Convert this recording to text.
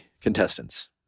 contestants